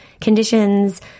conditions